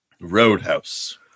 Roadhouse